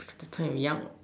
that time you young what